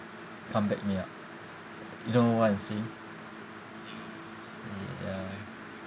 come back me up you know what I'm saying ya